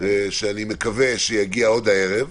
שאני מקווה שיגיע עוד הערב.